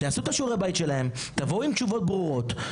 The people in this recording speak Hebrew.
שיעשו את שיעורי הבית שלהם ויבואו עם תשובות ברורות.